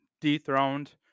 dethroned